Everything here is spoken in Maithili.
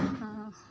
साफ